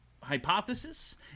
hypothesis